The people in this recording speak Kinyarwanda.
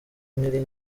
nkiri